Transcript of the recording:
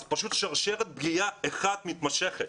זה שרשרת של פגיעה אחת מתמשכת.